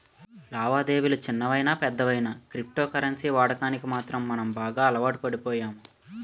లావాదేవిలు చిన్నవయినా పెద్దవయినా క్రిప్టో కరెన్సీ వాడకానికి మాత్రం మనం బాగా అలవాటుపడిపోయాము